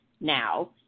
now